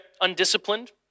undisciplined